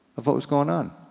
of what was goin' on.